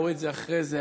ראו את זה אחרי זה.